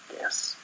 yes